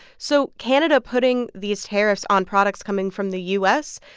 so canada putting these tariffs on products coming from the u s.